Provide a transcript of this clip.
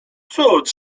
cud